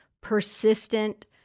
persistent